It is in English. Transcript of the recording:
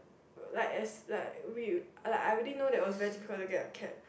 like like we I I already know that it was very difficult to get a cab